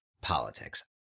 politics